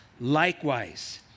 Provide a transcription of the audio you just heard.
likewise